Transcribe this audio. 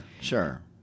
sure